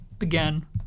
again